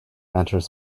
enters